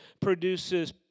produces